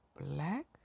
black